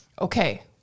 Okay